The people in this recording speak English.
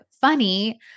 funny